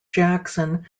jackson